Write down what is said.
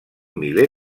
miler